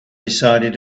decided